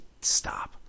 stop